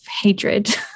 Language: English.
hatred